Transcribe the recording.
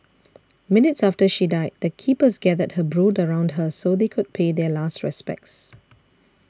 minutes after she died the keepers gathered her brood around her so they could pay their last respects